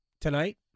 tonight